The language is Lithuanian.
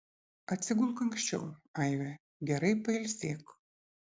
atsigulk anksčiau aive gerai pailsėk